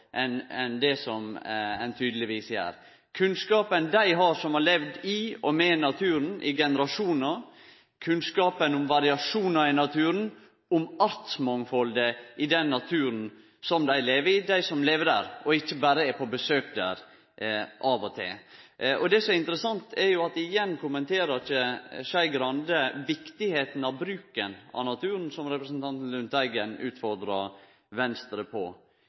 enn det som ein tydelegvis gjer – kunnskapen dei har som har levd i og med naturen i generasjonar, kunnskapen om variasjonar i naturen, om artsmangfaldet i den naturen som dei lever i dei som lever der, og ikkje berre er på besøk der av og til. Det som er interessant, er at igjen kommenterer ikkje Skei Grande viktigheita av bruken av naturen, som representanten Lundteigen utfordra Venstre på.